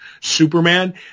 Superman